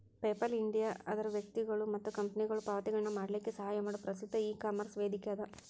PayPal India ಅದರ್ ವ್ಯಕ್ತಿಗೊಳು ಮತ್ತ ಕಂಪನಿಗೊಳು ಪಾವತಿಗಳನ್ನ ಮಾಡಲಿಕ್ಕೆ ಸಹಾಯ ಮಾಡೊ ಪ್ರಸಿದ್ಧ ಇಕಾಮರ್ಸ್ ವೇದಿಕೆಅದ